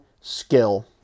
skill